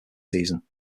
season